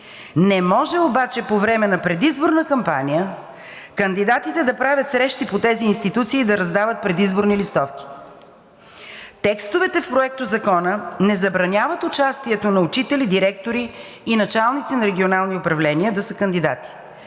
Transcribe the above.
Не може обаче по време на предизборна кампания кандидатите да правят срещи по тези институции и да раздават предизборни листовки. Текстовете в Проектозакона не забраняват участието на учители, директори и началници на регионални управления да са кандидати.